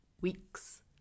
weeks